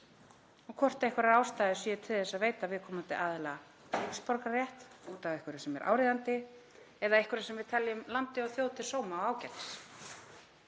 og hvort einhverjar ástæður séu til þess að veita viðkomandi aðila ríkisborgararétt út af einhverju sem er áríðandi eða einhverju sem við teljum landi og þjóð til sóma og ágætis.